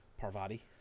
Parvati